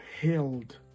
held